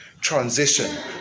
Transition